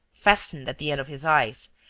fastened at the end of his eyes,